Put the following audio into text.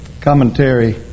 commentary